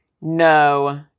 no